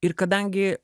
ir kadangi